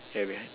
ya wait ah